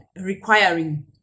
requiring